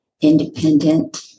independent